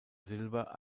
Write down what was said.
silber